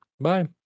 Bye